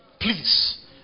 Please